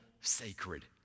sacred